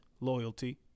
loyalty